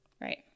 Right